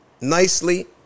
nicely